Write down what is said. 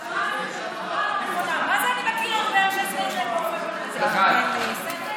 ההשוואה הזאת בכלל לא נכונה.